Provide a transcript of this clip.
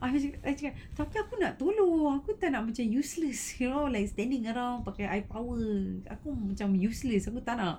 habis cakap I cakap tapi aku nak tolong aku tak nak macam useless you know like standing around pakai eye power aku macam useless aku tak nak